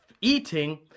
eating